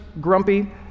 grumpy